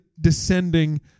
descending